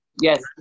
Yes